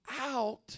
out